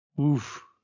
oof